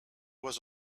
was